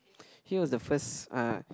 he was first uh